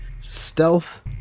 stealth